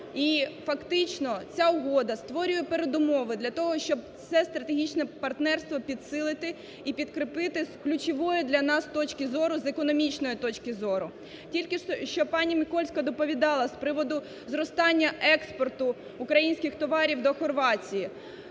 І фактично ця угода створює передумови для того, щоб це стратегічне партнерство підсилити і підкріпити з ключовою для нас точки зору, з економічної точки зору. Тільки що пані Микольська доповідала з приводу зростання експорту українських товарів до Хорватії.